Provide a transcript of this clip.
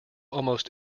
almost